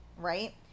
right